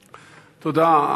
תודה.